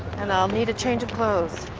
and i'll need a change of clothes.